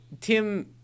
Tim